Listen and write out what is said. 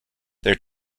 their